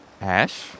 Ash